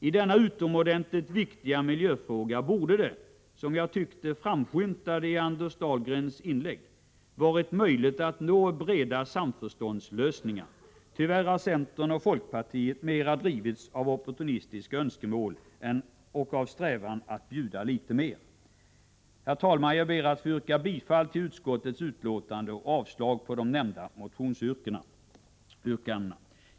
I denna utomordentligt viktiga miljöfråga borde det, vilket framskymtade i Anders Dahlgrens inlägg, ha varit möjligt att nå en bred samförståndslösning. Tyvärr har centern och folkpartiet mera drivits av opportunistiska önskemål och av strävan att bjuda litet mer. Herr talman! Jag hemställer om bifall till utskottets förslag och avslag på de här nämnda motionsyrkandena.